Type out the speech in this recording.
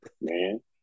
man